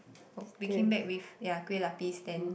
we came back with yeah Kueh-Lapis then